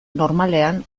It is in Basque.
normalean